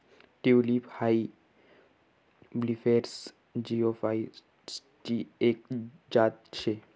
tulip हाई bulbiferous जिओफाइटसची एक जात शे